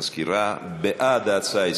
המזכירה: בעד ההצעה,